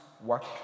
work